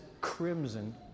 crimson